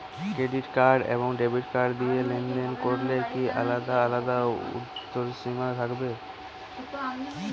Credit card এবং debit card দিয়ে লেনদেন করলে কি আলাদা আলাদা ঊর্ধ্বসীমা থাকবে?